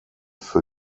für